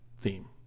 theme